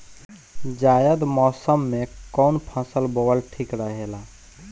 जायद मौसम में कउन फसल बोअल ठीक रहेला?